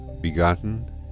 begotten